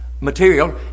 material